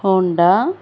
Honda